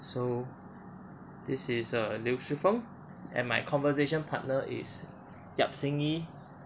so this is err liu shi feng and my conversation partner is yap xin yi